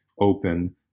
open